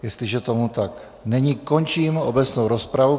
Jestliže tomu tak není, končím obecnou rozpravu.